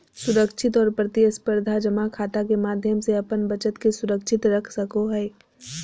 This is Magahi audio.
सुरक्षित और प्रतिस्परधा जमा खाता के माध्यम से अपन बचत के सुरक्षित रख सको हइ